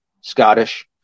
Scottish